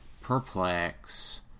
perplex